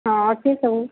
ହଁ ଅଛି ସବୁ